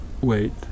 Wait